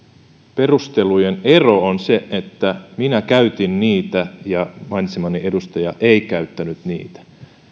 perustelujen ero on se että minä käytin niitä ja mainitsemani edustaja ei käyttänyt niitä